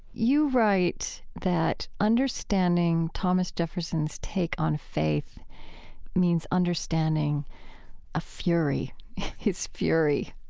you write that understanding thomas jefferson's take on faith means understanding a fury his fury.